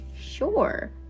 sure